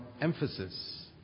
emphasis